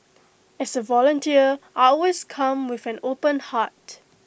as A volunteer I always come with an open heart